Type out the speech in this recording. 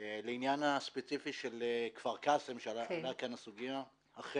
לעניין הספציפי של כפר קאסם אכן,